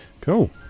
Cool